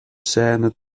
scene